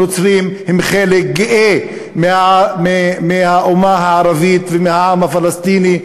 הנוצרים הם חלק גאה מהאומה הערבית ומהעם הפלסטיני,